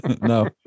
No